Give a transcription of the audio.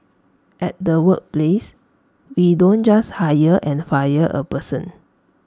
at the workplace we don't just hire and fire A person